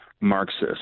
Marxist